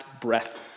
breath